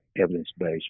evidence-based